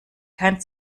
kein